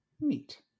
Neat